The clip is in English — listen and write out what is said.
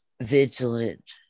vigilant